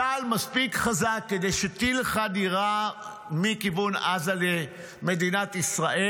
צה"ל מספיק חזק כדי שאם טיל אחד יירה מכיוון עזה למדינת ישראל,